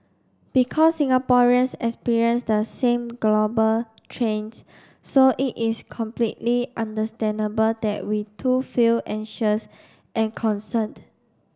because Singaporeans experience the same global trends so it is completely understandable that we too feel anxious and concerned